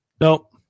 Nope